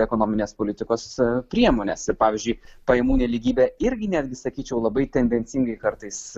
ekonominės politikos priemones ir pavyzdžiui pajamų nelygybė irgi netgi sakyčiau labai tendencingai kartais